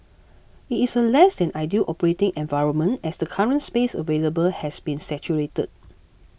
it is a less than ideal operating environment as the current space available has been saturated